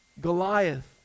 Goliath